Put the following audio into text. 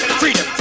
freedom